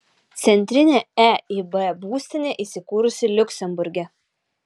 centrinė eib būstinė įsikūrusi liuksemburge